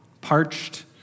parched